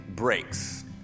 Breaks